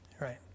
Right